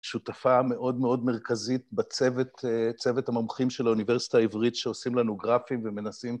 שותפה מאוד מאוד מרכזית בצוות צוות המומחים של האוניברסיטה העברית שעושים לנו גרפים ומנסים...